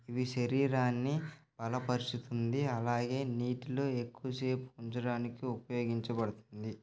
ఇవి శరీరాన్ని బలపరుచుతుంది ఆలాగే నీటిలో ఎక్కువ సేపు ఉంచడానికి ఉపయోగించబడుతుంది